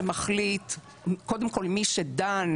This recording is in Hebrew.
מי שדן,